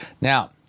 Now